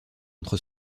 entre